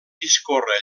discorre